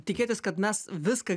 tikėtis kad mes viską